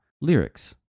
lyrics